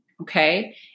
Okay